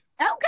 Okay